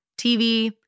TV